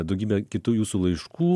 daugybė kitų jūsų laiškų